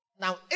Now